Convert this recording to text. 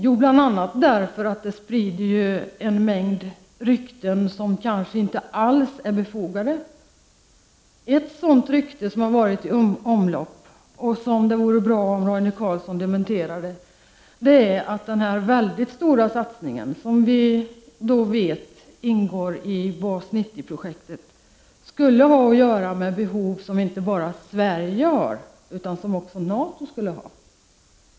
Jo, bl.a. därför att ett sådant hemlighetsmakeri leder till att en mängd rykten som kanske inte alls är befogade sprids. Ett sådant rykte som har varit i omlopp, och som det vore bra om Roine Carlsson dementerade, är att den väldigt stora satsning som vi vet ingår i Bas 90-projektet skulle ha att göra inte bara med svenska behov utan även skulle vara av intresse för NATO.